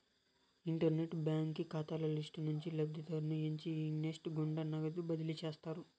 internet బాంకీ కాతాల list నుంచి లబ్ధిదారుని ఎంచి ఈ నెస్ట్ గుండా నగదు బదిలీ చేస్తారు